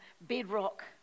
bedrock